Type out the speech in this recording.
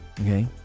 okay